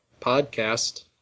podcast